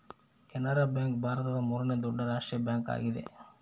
Canara bank ಭಾರತದ ಮೂರನೇ ದೊಡ್ಡ ರಾಷ್ಟ್ರೀಯ ಬ್ಯಾಂಕ್ ಆಗಿದೆ